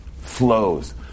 flows